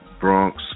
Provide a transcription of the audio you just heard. Bronx